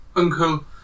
Uncle